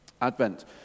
Advent